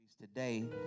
Today